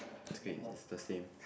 it's okay it's the same